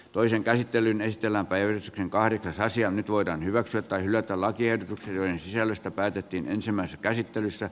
toisen käsittelyn estellä väyrysten kahvipensas ja nyt voidaan hyväksyä tai hylätä lakiehdotukset joiden sisällöstä päätettiin ensimmäisessä käsittelyssä